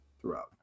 throughout